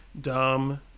dumb